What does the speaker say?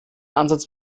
ansatz